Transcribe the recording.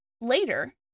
Later